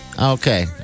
Okay